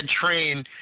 train